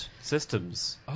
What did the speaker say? Systems